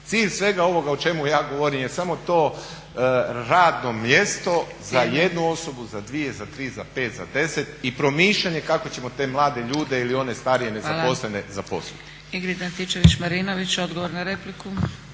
Cilj svega ovoga o čemu ja govorim je samo to radno mjesto za jednu osobu, za dvije, za tri, za pet, za deset i promišljanje kako ćemo te mlade ljude ili one starije, nezaposlene zaposliti.